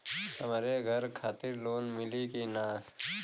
हमरे घर खातिर लोन मिली की ना?